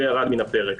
זה ירד מהפרק.